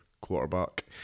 quarterback